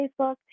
Facebook